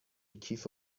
کیف